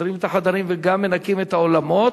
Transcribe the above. מסדרים את החדרים וגם מנקים את האולמות,